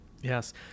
Yes